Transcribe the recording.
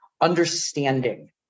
understanding